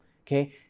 okay